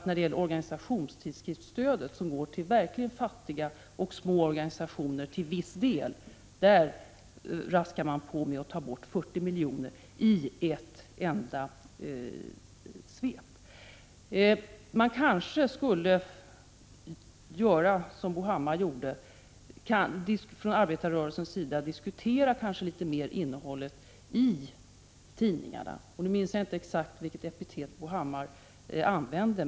När det gäller organisationstidskriftsstödet, som till viss del går till verkligt fattiga och små organisationer, raskar man på och tar bort 40 milj.kr. i ett enda svep. Man skulle kanske från arbetarrörelsens sida göra som Bo Hammar gjorde och litet mer diskutera innehållet i tidningarna. Nu minns jag inte exakt vilket epitet Bo Hammar använde.